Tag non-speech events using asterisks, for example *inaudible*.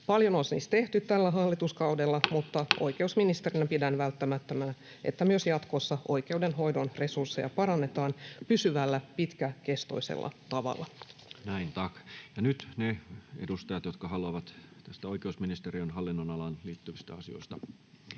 Paljon on siis tehty tällä hallituskaudella, *noise* mutta oikeusministerinä pidän välttämättömänä, että myös jatkossa oikeudenhoidon resursseja parannetaan pysyvällä, pitkäkestoisella tavalla. Näin, tack. — Ja nyt edustajat, jotka haluatte näistä oikeusministeriön hallinnonalaan liittyvistä asioista